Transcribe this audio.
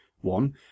one